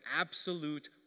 absolute